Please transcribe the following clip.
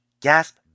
gasp